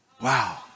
Wow